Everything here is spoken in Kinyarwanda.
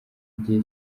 igihe